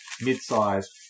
mid-sized